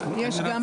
אפשר